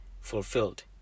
fulfilled